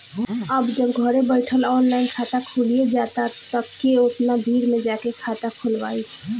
अब जब घरे बइठल ऑनलाइन खाता खुलिये जाता त के ओतना भीड़ में जाके खाता खोलवाइ